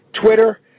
Twitter